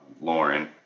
Lauren